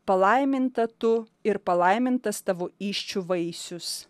palaiminta tu ir palaimintas tavo įsčių vaisius